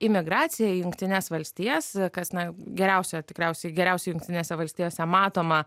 imigracija į jungtines valstijas kas na geriausia tikriausiai geriausiai jungtinėse valstijose matoma